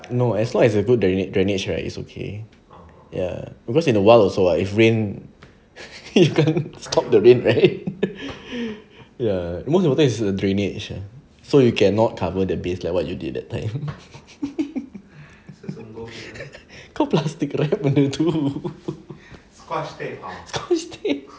no as long as you do drainage right it's okay ya because in awhile also [what] if rain you can't stop the rain right ya most of the time it's drainage so you cannot cover the base like what you did that time go plastic wrap at the tulle scotch tape